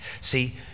See